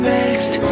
Next